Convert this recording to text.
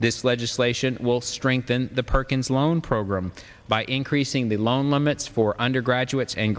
this legislation will strengthen the perkins loan program by increasing the loan limits for undergraduates and